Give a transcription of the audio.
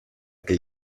que